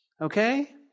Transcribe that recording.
Okay